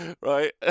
right